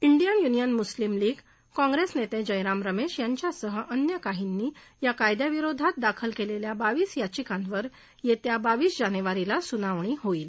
Indian Union Muslim League Congress नेते जयराम रमेश यांच्यासह अन्य काहींनी या कायद्याविरोधात दाखल केलेल्या बावीस याचिकांवर येत्या बावीस जानेवारीला सुनावणी होणार आहे